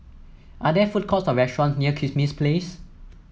are there food courts or restaurant near Kismis Place